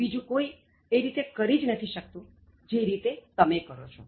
બીજું કોઇ એ રીતે કરી જ નથી શકતું જે રીતે તમે કરો છો